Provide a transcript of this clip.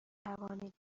توانید